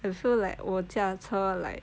I feel like 我驾车 like